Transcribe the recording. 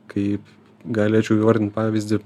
kaip galėčiau įvardint pavyzdį